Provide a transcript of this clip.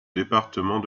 département